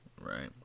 right